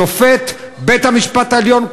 שופט בית-המשפט העליון,